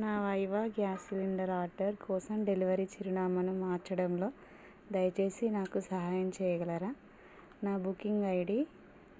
నా వైవా gas cylinder order కోసం డెలివరీ చిరునామాను మార్చడంలో దయచేసి నాకు సహాయం చెయ్యగలరా నా బుకింగ్ ఐడీ